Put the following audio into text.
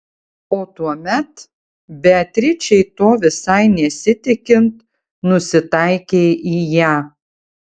o tuomet beatričei to visai nesitikint nusitaikė į ją